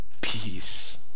Peace